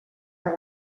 que